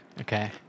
Okay